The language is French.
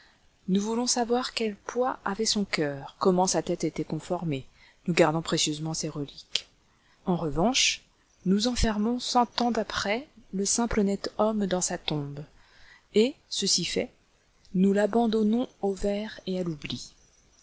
nous voulons savoir quel poids avait son coeur comment sa tête était conformée nous gardons précieusement ses reliques en revanche nous enfermons sans tant d'apprêts le simple honnête homme dans sa tombe et ceci fait nous l'abandonnons aux vers et à l'oubli